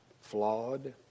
flawed